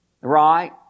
Right